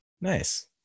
Nice